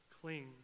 cling